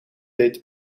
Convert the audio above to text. deed